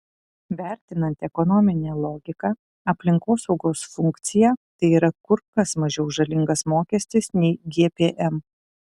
vertinant ekonominę logiką aplinkosaugos funkciją tai yra kur kas mažiau žalingas mokestis nei gpm